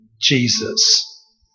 Jesus